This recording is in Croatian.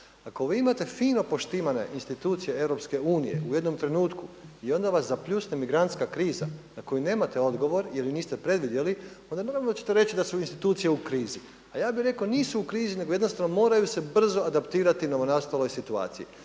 Ako vi imate fino poštivane institucije EU u jednom trenutku i onda vas zapljusne migrantska kriza na koju nemate odgovor jer ju niste preduvjet onda naravno da ćete reći da su institucije u krizi. A ja bih rekao nisu u krizi nego jednostavno moraju se brzo adaptirati u novonastaloj situaciji.